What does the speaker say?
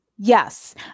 Yes